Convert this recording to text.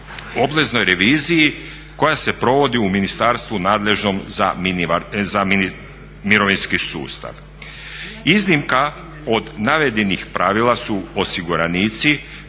obveznoj reviziji koja se provodi u ministarstvu nadležnom za mirovinski sustav. Iznimka od navedenih pravila su osiguranici